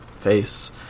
face